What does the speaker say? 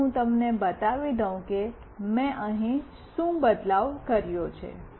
ચાલો હું તમને બતાવવા દઉં કે મેં અહીં શું બદલાવ કર્યો છે